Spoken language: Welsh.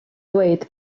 dweud